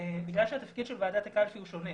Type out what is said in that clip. בגלל שהתפקיד של ועדת הקלפי הוא שונה.